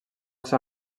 ser